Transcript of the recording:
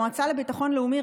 המועצה לביטחון לאומי,